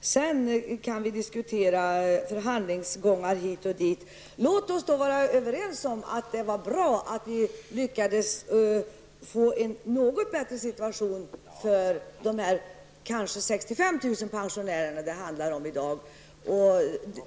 Sedan kan vi diskutera förhandlingsgångar hit och dit. Låt oss vara överens om att det var bra att vi lyckades få en något bättre situation för de kanske 65 000 pensionärer som det handlar om i dag.